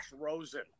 Rosen